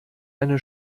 eine